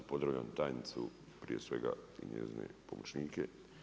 Pozdravljam tajicu prije svega i njezine pomoćnike.